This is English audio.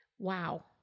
Wow